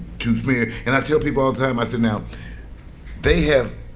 to smear. and i tell people all the time, i say now they have